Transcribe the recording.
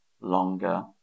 longer